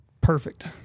perfect